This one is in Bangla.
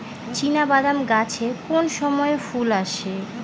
চিনাবাদাম গাছে কোন সময়ে ফুল আসে?